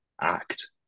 act